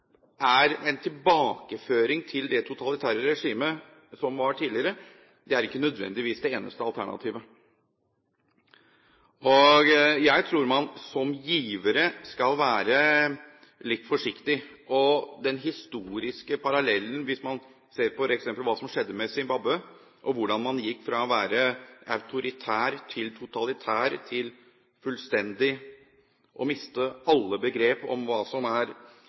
er en tilbakeføring til det totalitære regimet som var tidligere, er ikke nødvendigvis det eneste alternativet. Jeg tror man som givere skal være litt forsiktige, og den historiske parallellen, hvis man f.eks. ser på hva som skjedde med Zimbabwe, hvordan man gikk fra å være autoritær til totalitær og til fullstendig å miste alle begrep om hva som både er